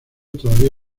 todavía